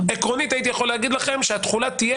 עקרונית הייתי יכול להגיד לכם שהתחולה תהיה